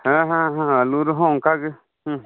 ᱦᱮᱸ ᱦᱮᱸ ᱦᱮᱸ ᱟᱹᱞᱩ ᱨᱮᱦᱚᱸ ᱚᱱᱠᱟ ᱜᱮ ᱦᱮᱸ